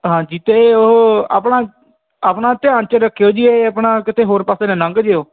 ਹਾਂਜੀ ਅਤੇ ਉਹ ਆਪਣਾ ਆਪਣਾ ਧਿਆਨ 'ਚ ਰੱਖਿਓ ਜੀ ਇਹ ਆਪਣਾ ਕਿਤੇ ਹੋਰ ਪਾਸੇ ਨਾ ਲੰਘ ਜਿਓ